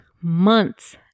months